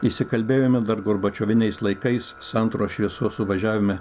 įsikalbėjome dar gorbačioviniais laikais santaros šviesos suvažiavime